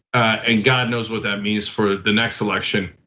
and god knows what that means for the next election,